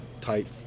tight